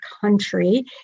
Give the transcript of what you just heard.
country